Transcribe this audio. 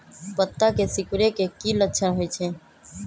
पत्ता के सिकुड़े के की लक्षण होइ छइ?